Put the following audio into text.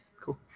Cool